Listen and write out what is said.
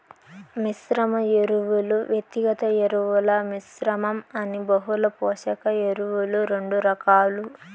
మిశ్రమ ఎరువులు, వ్యక్తిగత ఎరువుల మిశ్రమం అని బహుళ పోషక ఎరువులు రెండు రకాలు